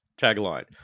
tagline